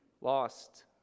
Lost